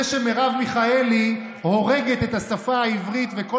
זה שמרב מיכאלי הורגת את השפה העברית וכל